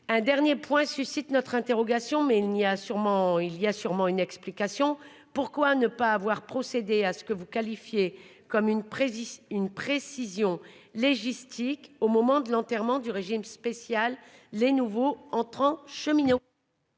un dernier point suscite notre interrogation mais il n'y a sûrement il y a sûrement une explication, pourquoi ne pas avoir procédé à ce que vous qualifiez comme une précision une précision légistique au moment de l'enterrement du régime spécial. Les nouveaux entrants cheminots.